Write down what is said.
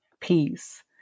peace